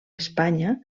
espanya